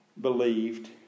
believed